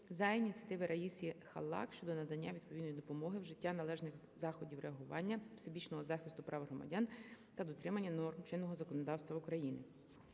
за ініціативи Раїси Халак щодо надання відповідної допомоги, вжиття належних заходів реагування, всебічного захисту прав громадян та дотримання норм чинного законодавства України.